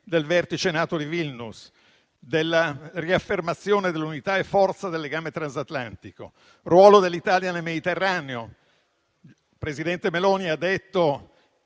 del vertice NATO di Vilnius, la riaffermazione dell'unità e della forza del legame transatlantico, il ruolo dell'Italia nel Mediterraneo. Il presidente Meloni ha detto,